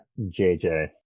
JJ